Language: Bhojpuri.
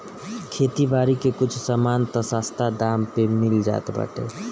खेती बारी के कुछ सामान तअ सस्ता दाम पे मिल जात बाटे